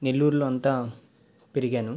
నెల్లూరులో అంతా పెరిగాను